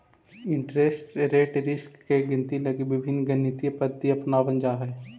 interest rate risk के गिनती लगी विभिन्न गणितीय पद्धति अपनावल जा हई